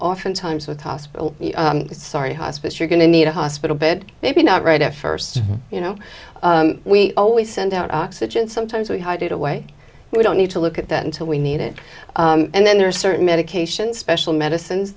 oftentimes with hospital sorry hospice you're going to need a hospital bed maybe not right at first you know we always send out oxygen sometimes we hide it away we don't need to look at that until we need it and then there are certain medications special medicines